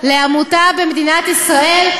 לעמותה במדינת ישראל,